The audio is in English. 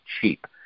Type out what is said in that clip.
cheap